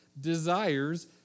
desires